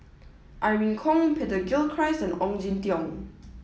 Irene Khong Peter Gilchrist and Ong Jin Teong